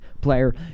player